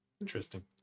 Interesting